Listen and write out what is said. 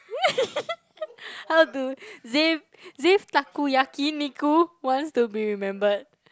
how to Xav~ Xav takoyaki niku wants to be remembered